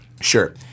Sure